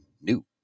new